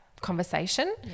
conversation